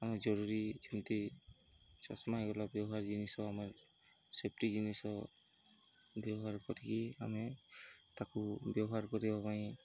ଆମ ଜରୁରୀ ଯେମିତି ଚଷମା ହୋଇଗଲା ବ୍ୟବହାର ଜିନିଷ ଆମ ସେଫ୍ଟି ଜିନିଷ ବ୍ୟବହାର କରିକି ଆମେ ତାକୁ ବ୍ୟବହାର କରିବା ପାଇଁ